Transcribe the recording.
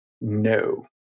no